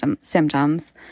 symptoms